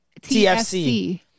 TFC